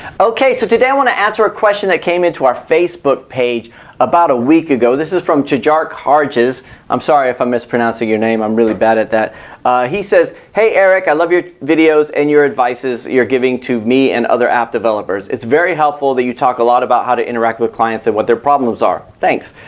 okay so today i want to answer a question that came in to our facebook page about a week ago this is from chu jar charges i'm sorry if i'm mispronouncing your name i'm really bad at that he says, hey eric i love your videos and your advices you're giving to me and other app developers. it's very helpful that you talked a lot about how to interact with clients at what their problems are thanks.